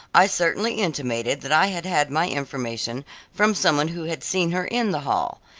i certainly intimated that i had had my information from some one who had seen her in the hall.